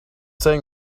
saying